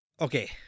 Okay